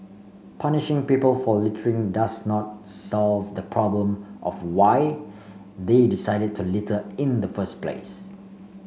punishing people for littering does not solve the problem of why they decided to litter in the first place